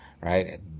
right